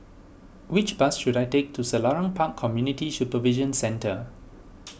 which bus should I take to Selarang Park Community Supervision Centre